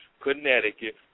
Connecticut